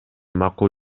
макул